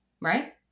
Right